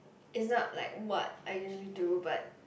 is not like what I usually do but